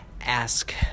Ask